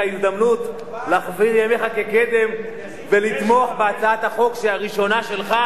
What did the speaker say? הזדמנות להחזיר ימיך כקדם ולתמוך בהצעת החוק הראשונה שלך